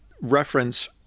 reference